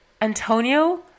Antonio